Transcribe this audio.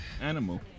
Animal